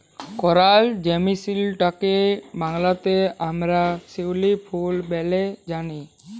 করাল জেসমিলটকে বাংলাতে আমরা শিউলি ফুল ব্যলে জানি